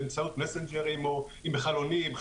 זה הכל באמצעות מסנג'רים או אם בכלל עונים.